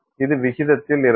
இது விகிதத்தில் இருக்கும்